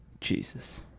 Jesus